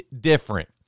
different